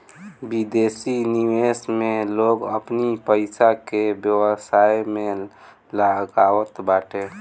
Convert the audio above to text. विदेशी निवेश में लोग अपनी पईसा के व्यवसाय में लगावत बाटे